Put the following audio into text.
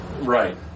Right